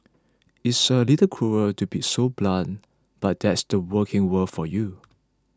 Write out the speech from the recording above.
it's a little cruel to be so blunt but that's the working world for you